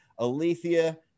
Alethea